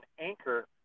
anchor